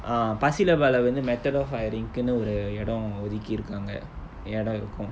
err pasir laba lah வந்து:vanthu method of firing குனு ஒரு இடம் ஒதிக்கி இருக்காங்க இடம் இருக்கு:kunu oru idam othikki irukaanga idam irukku